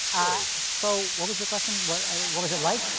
so what was your question? what what was it like?